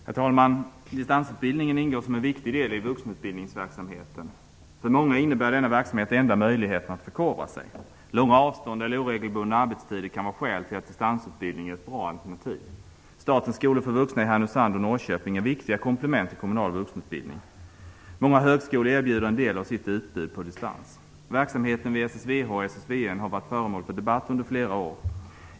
Herr talman! Distansutbildningen ingår som en viktig del i vuxenutbildningsverksamheten. För många innebär denna verksamhet den enda möjligheten att förkovra sig. Långa avstånd eller oregelbundna arbetstider kan vara skäl till att distansutbildning är ett bra alternativ. Norrköping är viktiga komplement till kommunal vuxenutbildning. Många högskolor erbjuder en del av sitt utbud på distans. Verksamheten vid SSVH och SSVN har varit föremål för debatt under flera år.